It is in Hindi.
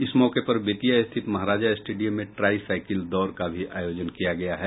इस मौके पर बेतिया स्थित महाराजा स्टेडियम में ट्राई साइकिल दौड़ का भी आयोजन किया गया है